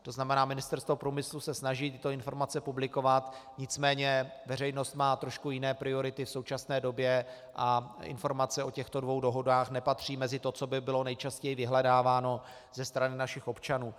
To znamená, Ministerstvo průmyslu se snaží tyto informace publikovat, nicméně veřejnost má trošku jiné priority v současné době a informace o těchto dvou dohodách nepatří mezi to, co by bylo nejčastěji vyhledáváno ze strany našich občanů.